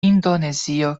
indonezio